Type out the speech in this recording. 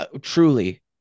truly